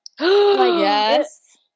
yes